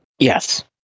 yes